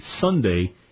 Sunday